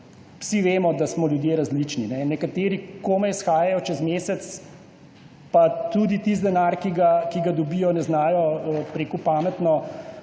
Vsi vemo, da smo ljudje različni. Nekateri komaj shajajo čez mesec, pa tudi tisti denar, ki ga dobijo, ne znajo pametno